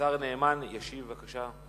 השר יעקב נאמן ישיב, בבקשה.